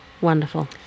wonderful